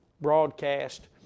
broadcast